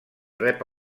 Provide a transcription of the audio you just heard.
rep